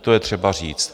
To je třeba říci.